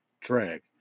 drag